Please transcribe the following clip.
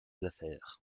affaires